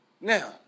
Now